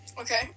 okay